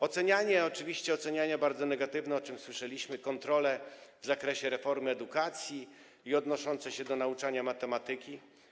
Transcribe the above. Ocenianie, oczywiście ocenianie bardzo negatywne, o czym słyszeliśmy, kontroli w zakresie reformy edukacji, kontroli odnoszących się do nauczania matematyki.